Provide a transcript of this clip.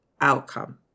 outcome